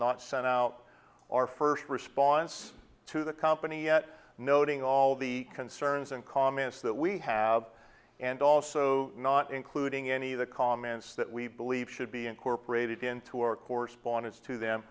not sent out our first response to the company at noting all the concerns and comments that we have and also not including any of the comments that we believe should be incorporated into our correspondence to them